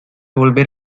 volver